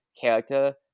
character